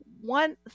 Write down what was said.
one